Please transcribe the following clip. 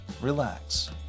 relax